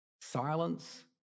silence